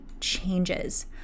changes